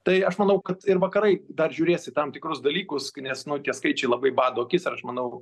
tai aš manau kad ir vakarai dar žiūrės į tam tikrus dalykus nes nu tie skaičiai labai bado akis ir aš manau